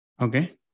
Okay